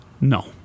No